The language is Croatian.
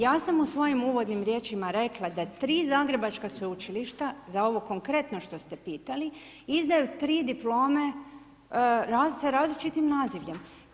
Ja sam u svojim uvodnim riječima rekla da 3 zagrebačka sveučilišta za ovo konkretno što ste pitali izdaju 3 diplome sa različitim nazivljem.